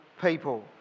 people